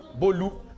Bolu